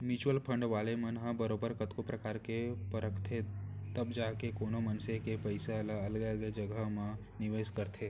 mutual fund वाले मन ह बरोबर कतको परकार ले परखथें तब जाके कोनो मनसे के पइसा ल अलगे अलगे जघा म निवेस करथे